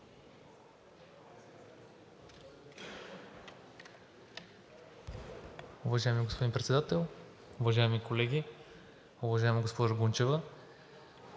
Уважаеми господин Председател, уважаеми колеги! Уважаема госпожо Гунчева,